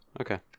okay